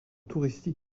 touristiques